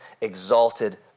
exalted